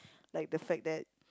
like the fact that